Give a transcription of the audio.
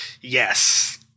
yes